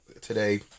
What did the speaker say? today